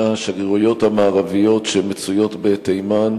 השגרירויות המערביות שנמצאות בתימן,